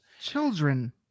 Children